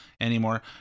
anymore